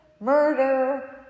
murder